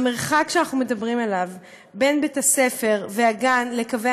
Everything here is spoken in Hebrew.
המרחק שאנחנו מדברים עליו בין בית-הספר והגן לקווי